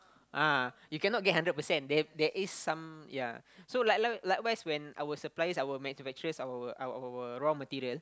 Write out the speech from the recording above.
(uh huh) you cannot get hundred percent they have there is some ya so like like likewise when our suppliers our manufacturers our our raw material